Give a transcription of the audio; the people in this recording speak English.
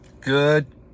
Good